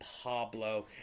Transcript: Pablo